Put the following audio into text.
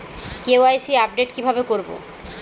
KYC update কিভাবে করবো?